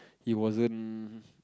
he wasn't